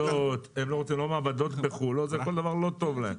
כל דבר לא טוב להם.